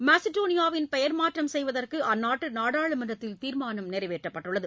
மாசிடோனியாவின் பெயர்மாற்றம் செய்வதற்கு அந்நாட்டு நாடாளுமன்றத்தில் தீர்மானம் நிறைவேற்றப்பட்டுள்ளது